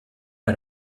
how